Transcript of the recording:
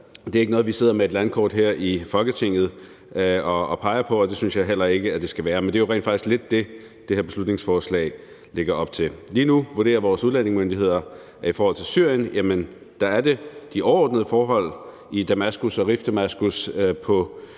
Det er ikke noget, som vi sidder med et landkort her i Folketinget og peger på, og det synes jeg heller ikke det skal være. Men det er jo rent faktisk lidt det, det her beslutningsforslag lægger op til. Lige nu vurderer vores udlændingemyndigheder, at i forhold til Syrien er de overordnede forhold i Damaskus og Rif Damaskus i en